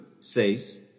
says